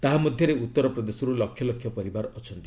ତାହା ମଧ୍ୟରେ ଉତ୍ତର ପ୍ରଦେଶରୁ ଲକ୍ଷ ପରିବାର ଅଛନ୍ତି